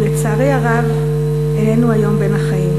ולצערי הרב איננו היום בין החיים,